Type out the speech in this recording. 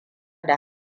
da